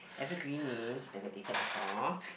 evergreen means never dated before